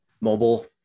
Mobile